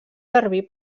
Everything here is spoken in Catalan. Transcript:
servir